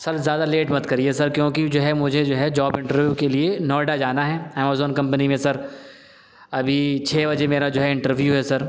سر زیادہ لیٹ مت کریے سر کیونکہ جو ہے مجھے جو ہے جاب انٹرویو کے لیے نوئیڈا جانا ہے امازون کمپنی میں سر ابھی چھ بجے میرا جو ہے انٹرویو ہے سر